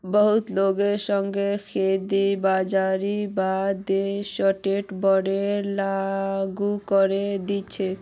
बहुत लोगेर संग धोखेबाजीर बा द श्योरटी बोंडक लागू करे दी छेक